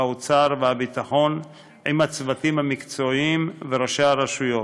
האוצר והביטחון עם הצוותים המקצועיים וראשי הרשויות.